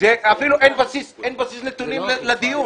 אפילו אין בסיס נתונים לדיון.